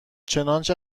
چنانچه